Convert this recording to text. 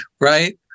right